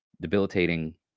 debilitating